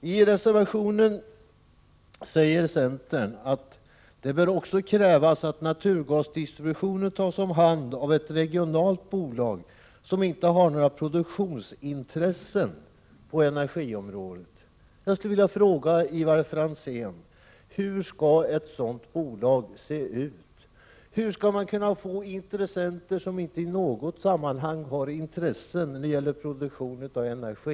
I sin reservation säger centern att det också bör krävas att naturgasdistributionen tas om hand av ett regionalt bolag som inte har några produktionsintressen på energipolitikens område. Jag skulle vilja fråga Ivar Franzén: Hur skall ett sådant bolag se ut? Hur skall man få intressenter som inte i något sammanhang har intressen i produktionen av energi?